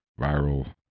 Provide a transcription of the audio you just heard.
viral